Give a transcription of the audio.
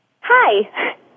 Hi